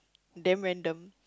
damn random